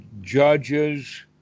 judges